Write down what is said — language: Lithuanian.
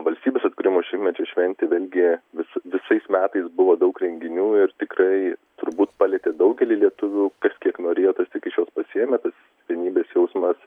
valstybės atkūrimo šimtmečio šventė vėlgi vis visais metais buvo daug renginių ir tikrai turbūt palietė daugelį lietuvių kas kiek norėjo tas tiek iš jos pasiėmė tas vienybės jausmas